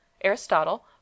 Aristotle